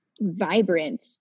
vibrant